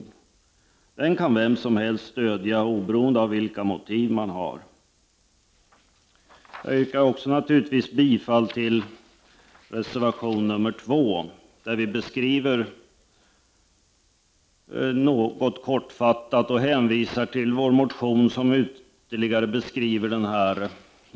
Den reservationen kan vem som helst stödja oberoende av motiven för det. Jag yrkar naturligtvis också bifall till reservation nr 2. I reservationen beskriver vi kortfattat den modell vi förespråkar — och vi hänvisar även till vår motion.